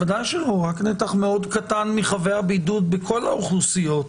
הוא נתח מאוד קטן מחבי הבידוד בכל האוכלוסיות.